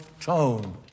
tone